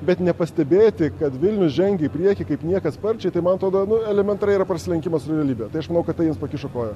bet nepastebėti kad vilnius žengė į priekį kaip niekad sparčiai tai man atrodo elementariai yra prasilenkiama su realybe ta aš manau kad tai jiems pakišo koją